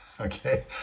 Okay